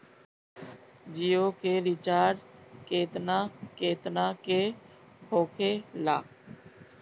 जियो के रिचार्ज केतना केतना के होखे ला?